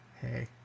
hey